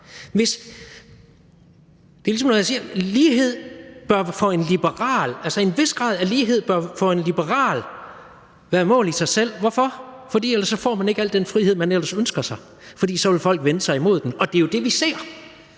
Det er ligesom, når jeg siger: En vis grad af lighed bør for en liberal være et mål i sig selv. Hvorfor? Fordi man ellers ikke får al den frihed, man ellers ønsker sig, fordi folk så vil vende sig imod den – og det er jo det, vi ser